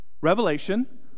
revelation